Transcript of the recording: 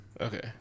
Okay